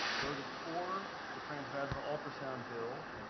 voted for the transvaginal ultrasound bill.